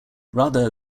rather